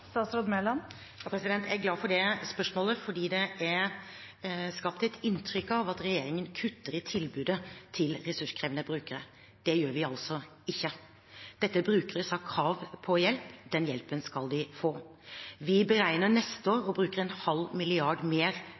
Jeg er glad for det spørsmålet fordi det er skapt et inntrykk av at regjeringen kutter i tilbudet til ressurskrevende brukere – det gjør vi altså ikke. Dette er brukere som har krav på hjelp, og den hjelpen skal de få. Vi beregner neste år å bruke en halv milliard mer